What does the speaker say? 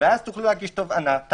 ואז תוכלו להגיש תלה"מ